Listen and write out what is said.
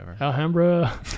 Alhambra